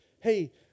hey